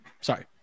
sorry